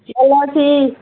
ଭଲ ଅଛି